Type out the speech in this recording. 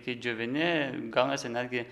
kai džiovini gaunasi netgi